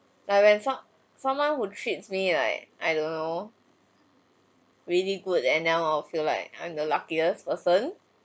now when some someone who treats me like I don't know really good and then I'll feel like I'm the luckiest person